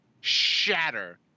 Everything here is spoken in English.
shatter